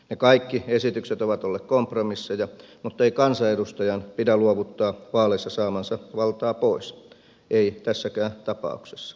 ne kaikki esitykset ovat olleet kompromisseja mutta ei kansanedustajan pidä luovuttaa vaaleissa saamaansa valtaa pois ei tässäkään tapauksessa